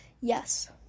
Yes